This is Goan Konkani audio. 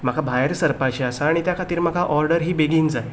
म्हाका भायर सरपाचें आसा आनी त्या खातीर म्हाका ऑर्डर ही बेगीन जाय